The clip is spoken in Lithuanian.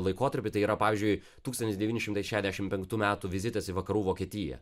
laikotarpį tai yra pavyzdžiui tūkstantis devyni šimtai šešiasdešim penktų metų vizitas į vakarų vokietiją